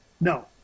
No